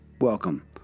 welcome